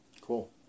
Cool